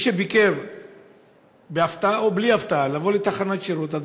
מי שביקר בהפתעה או בא בלי הפתעה לתחנת שירות,